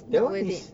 that [one] is